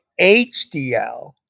HDL